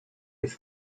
jest